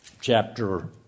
chapter